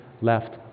left